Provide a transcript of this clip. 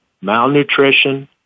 malnutrition